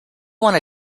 wanna